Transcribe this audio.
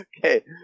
Okay